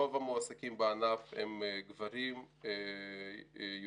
רוב המועסקים בענף הם גברים יהודים.